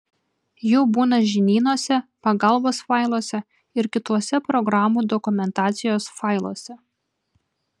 jų būna žinynuose pagalbos failuose ir kituose programų dokumentacijos failuose